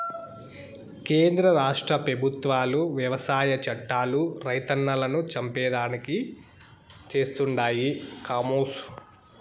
కేంద్ర రాష్ట్ర పెబుత్వాలు వ్యవసాయ చట్టాలు రైతన్నలను చంపేదానికి చేస్తండాయి కామోసు